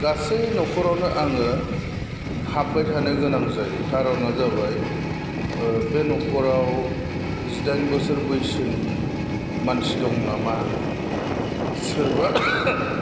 गासै नखरावनो आङो हाबबाय थानो गोनां जायो कारना जाबाय बे नखराव जिदाइन बोसोर बैसोनि मानसि दं नामा सोरबा